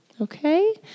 Okay